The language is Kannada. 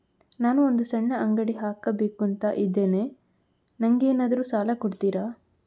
ನಾನು ಒಂದು ಸಣ್ಣ ಅಂಗಡಿ ಹಾಕಬೇಕುಂತ ಇದ್ದೇನೆ ನಂಗೇನಾದ್ರು ಸಾಲ ಕೊಡ್ತೀರಾ?